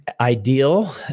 ideal